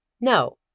No